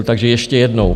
Takže ještě jednou.